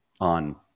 on